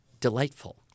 delightful